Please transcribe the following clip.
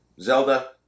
Zelda